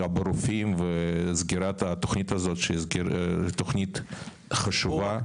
ברופאים, וסגירת התוכנית הזאת שהיא תוכנית חשובה.